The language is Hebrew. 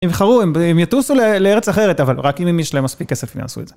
הם איחרו, הם יטוסו לארץ אחרת, אבל רק אם יש להם מספיק כסף הם יעשו את זה.